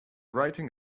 writing